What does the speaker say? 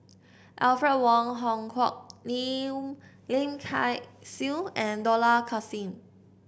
Alfred Wong Hong Kwok Liu Lim Kay Siu and Dollah Kassim